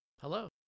Hello